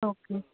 okay